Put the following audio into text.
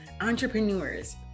entrepreneurs